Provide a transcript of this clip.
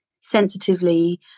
sensitively